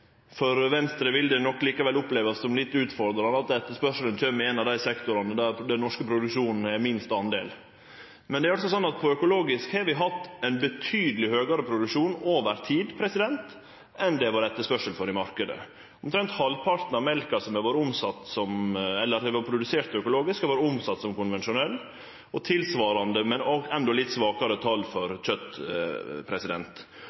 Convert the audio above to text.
For Venstre vil det nok likevel opplevast som litt utfordrande at etterspørselen kjem i ein av dei sektorane der den norske produksjonen utgjer den minste delen. Når det gjeld økologisk, har vi hatt ein betydeleg høgare produksjon over tid enn det har vore etterspørsel i marknaden. Omtrent halvparten av mjølka som har vore produsert økologisk, har vore omsett som konvensjonell, og det er tilsvarande, men endå litt svakare tal for